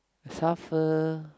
suffer